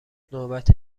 نوبت